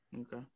Okay